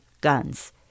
guns